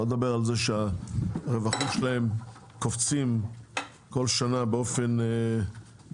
שלא לדבר על זה שהרווחים שלהם קופצים כל שנה באופן גדול.